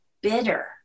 bitter